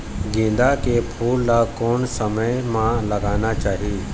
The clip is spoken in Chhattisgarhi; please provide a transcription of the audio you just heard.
गेंदा के फूल ला कोन समय मा लगाना चाही?